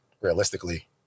realistically